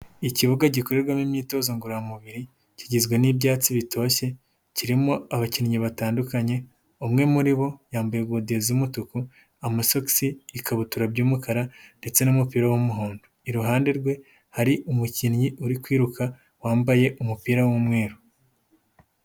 Ikibuga gikorerwamo imyitozo ngororamubiri kigizwe n'ibyatsi bitoshye, kirimo abakinnyi batandukanye, umwe muri bo yambaye godiyo z'umutuku, amasogisi, ikabutura y'umukara ndetse n'umupira w'umuhondo, iruhande rwe hari umukinnyi uri kwiruka wambaye umupira w'umweru.